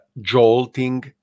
jolting